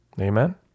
Amen